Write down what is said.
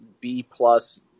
B-plus